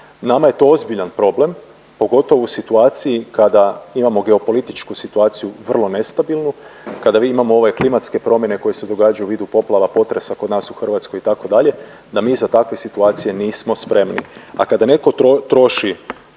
Nama je to ozbiljan problem pogotovo u situaciji kada imamo geopolitičku situaciju vrlo nestabilnu, kada imamo ove klimatske promjene koje se događaju u vidu poplava, potresa kod nas u Hrvatskoj itd., da mi za takve situacije nismo spremni. A kada netko troši